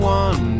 one